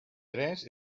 tres